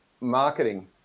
marketing